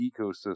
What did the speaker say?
ecosystem